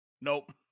Nope